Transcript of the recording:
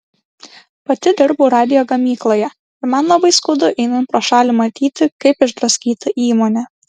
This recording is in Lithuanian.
pati dirbau radijo gamykloje ir man labai skaudu einant pro šalį matyti kaip išdraskyta įmonė